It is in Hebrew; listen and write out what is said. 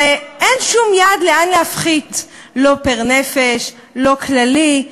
ואין שום יעד, לכמה להפחית, לא פר-נפש, לא כללי.